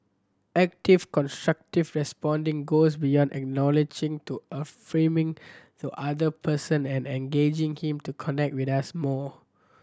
active constructive responding goes beyond acknowledging to affirming the other person and engaging him to connect with us more